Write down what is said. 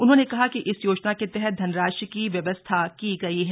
उन्होंने कहा कि इस योजना के तहत धनराशि की व्यवस्था की गई है